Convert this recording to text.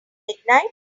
midnight